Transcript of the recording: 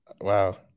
Wow